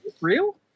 real